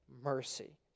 mercy